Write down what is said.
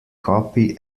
copy